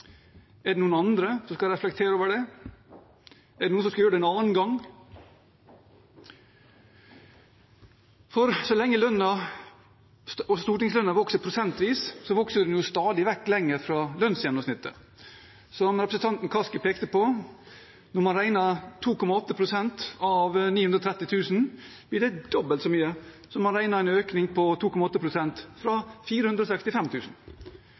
er det noen andre som skal reflektere over det? Er det noen som skal gjøre det en annen gang? For så lenge stortingslønnen vokser prosentvis, vokser den stadig vekk lenger fra lønnsgjennomsnittet. Som representanten Kaski pekte på: Når man regner 2,8 pst. av 930 000 kr, blir det dobbelt så mye som når man regner en økning på 2,8 pst. fra